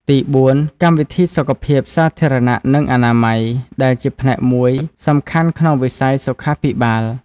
ទីបួន កម្មវិធីសុខភាពសាធារណៈ និងអនាម័យ ដែលជាផ្នែកមួយសំខាន់ក្នុងវិស័យសុខាភិបាល។